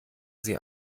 sie